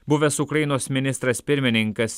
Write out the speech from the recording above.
buvęs ukrainos ministras pirmininkas